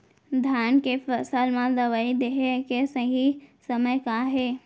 धान के फसल मा दवई देहे के सही समय का हे?